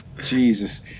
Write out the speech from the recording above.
Jesus